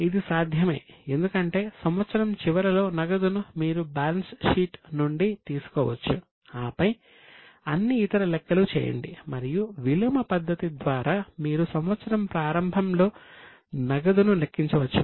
ఇది సాధ్యమే ఎందుకంటే సంవత్సరం చివరిలో నగదును మీరు బ్యాలెన్స్ షీట్ నుండి తీసుకోవచ్చు ఆపై అన్ని ఇతర లెక్కలు చేయండి మరియు విలోమ పద్ధతి ద్వారా మీరు సంవత్సరం ప్రారంభంలో నగదును లెక్కించవచ్చు